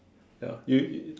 ya you you you